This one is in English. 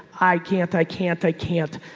i can't. i can't. i can't.